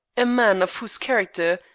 a man of whose character,